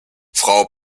frau